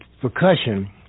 percussion